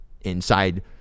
inside